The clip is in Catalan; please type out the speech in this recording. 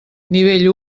nivell